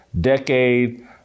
decade